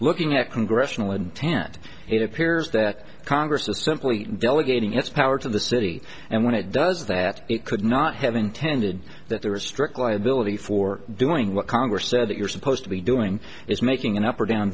looking at congressional intent it appears that congress is simply delegating its power to the city and when it does that it could not have intended that there was strict liability for doing what congress said that you're supposed to be doing is making an up or down